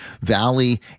Valley